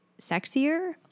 sexier